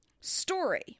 Story